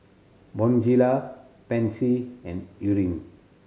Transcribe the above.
Bonjela Pansy and Eucerin